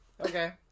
Okay